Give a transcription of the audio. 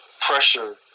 pressure